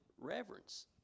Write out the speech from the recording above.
reverence